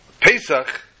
Pesach